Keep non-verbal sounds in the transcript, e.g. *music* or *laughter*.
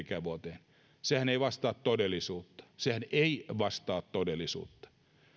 *unintelligible* ikävuoteen sehän ei vastaa todellisuutta sehän ei vastaa todellisuutta